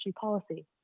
policy